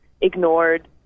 ignored